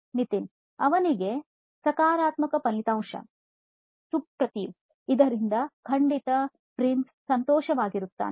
ನಿತಿನ್ ಅವನಿಗೆ ಸಕಾರಾತ್ಮಕ ಫಲಿತಾಂಶ ಸುಪ್ರತಿವ್ ಇದರಿಂದ ಪ್ರಿನ್ಸ್ ಖಂಡಿತವಾಗಿಯೂ ಸಂತೋಷವಾಗಿರುತ್ತಾನೆ